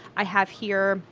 i have here,